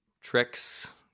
tricks